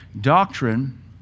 Doctrine